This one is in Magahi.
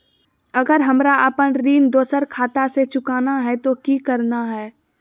अगर हमरा अपन ऋण दोसर खाता से चुकाना है तो कि करना है?